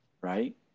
right